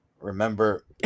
remember